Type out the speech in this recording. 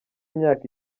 imyaka